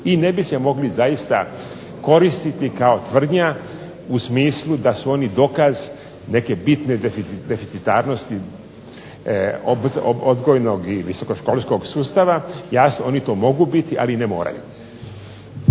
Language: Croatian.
i ne bi se mogli zaista koristiti kao tvrdnja u smislu da su oni dokaz neke bitne deficitarnosti odgojnog i visoko školskog sustava. Jasno oni to mogu biti ali i ne moraju.